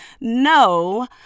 no